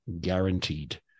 guaranteed